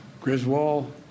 Griswold